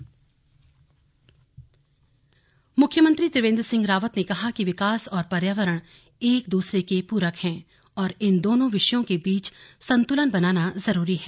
slug वार्षिक अधिवेशन मुख्यमंत्री त्रिवेन्द्र सिंह रावत ने कहा कि विकास और पर्यावरण एक दूसरे के पूरक हैं और इन दोनों विषयों के बीच संतुलन बनाना जरूरी है